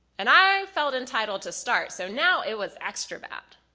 and i felt entitled to start, so now it was extra bad.